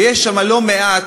ויש שם לא מעט,